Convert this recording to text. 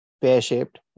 pear-shaped